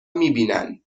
میبینن